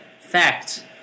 fact